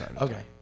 Okay